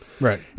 Right